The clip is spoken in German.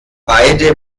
beide